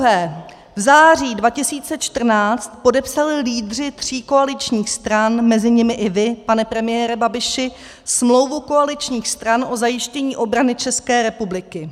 V září 2014 podepsali lídři tří koaličních stran, mezi nimi i vy, pane premiére Babiši, smlouvu koaličních stran o zajištění obrany České republiky.